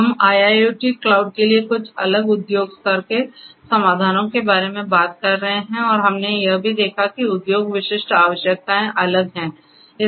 हम IIoT cloud के लिए कुछ अलग उद्योग स्तर के समाधानों के बारे में बात कर रहे हैं और हमने यह भी देखा है कि उद्योग विशिष्ट आवश्यकताएं अलग हैं